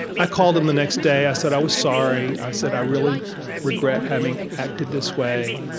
i called him the next day. i said i was sorry. i said i really regret having acted this way.